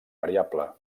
variable